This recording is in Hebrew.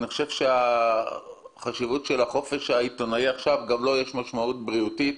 חושב שגם לחופש העיתונאי יש משמעות בריאותית.